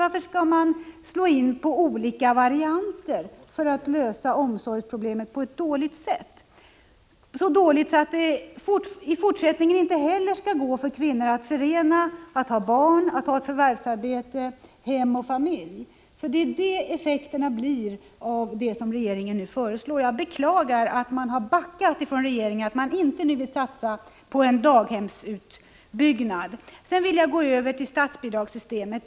Varför skall man slå in på olika varianter som löser omsorgsproblemet på ett dåligt sätt, så dåligt att det inte heller i fortsättningen skall gå för kvinnor att förena förvärvsarbete med att ha barn, hem och familj? Det blir effekterna av det regeringen nu föreslår. Jag beklagar att regeringen har backat och nu inte vill satsa på en daghemsutbyggnad. Sedan vill jag gå över till statsbidragssystemet.